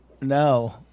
No